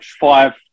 five